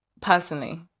personally